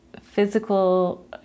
physical